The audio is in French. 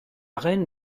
reine